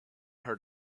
heard